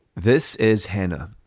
this is hannah.